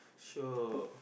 so